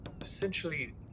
essentially